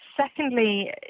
Secondly